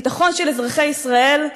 הביטחון של אזרחי ישראל,